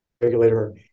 regulator